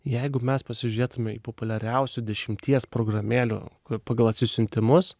jeigu mes pasižiūrėtume į populiariausių dešimties programėlių pagal atsisiuntimus